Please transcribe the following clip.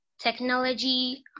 technology